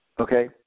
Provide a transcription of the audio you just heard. Okay